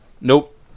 Nope